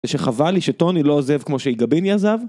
זה שחבל לי שטוני לא עוזב כמו שאיגביני עזב